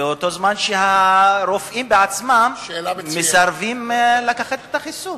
בזמן שהרופאים עצמם מסרבים לקחת את החיסון?